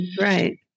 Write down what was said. right